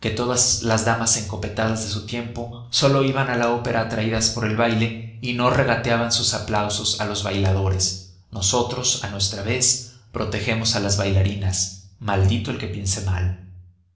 que todas las damas encopetadas de su tiempo sólo iban a la opera atraídas por el baile y no regateaban sus aplausos a los bailadores nosotros a nuestra vez protegemos a las bailarinas maldito él que piense mal